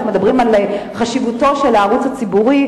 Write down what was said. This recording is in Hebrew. כשאנחנו מדברים על חשיבותו של הערוץ הציבורי,